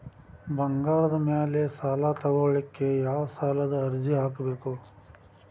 ಬಂಗಾರದ ಮ್ಯಾಲೆ ಸಾಲಾ ತಗೋಳಿಕ್ಕೆ ಯಾವ ಸಾಲದ ಅರ್ಜಿ ಹಾಕ್ಬೇಕು?